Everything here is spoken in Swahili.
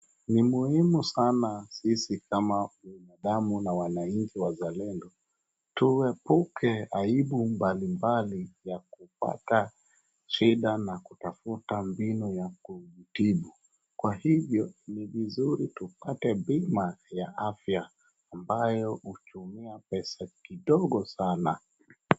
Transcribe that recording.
Ni muhimu sana sisi kama wanadamu na wananchi wazalendo tuepuke aibu mbalimbali yakupata shida na kutafuta mbinu ya kutibu kwa hivyo ni vizuri tupate bima ya afya ambao hutumia pesa kidogo sana.